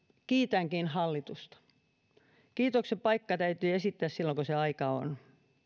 kiitänkin hallitusta kiitos täytyy esittää silloin kun sen aika on